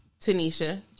Tanisha